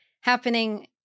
happening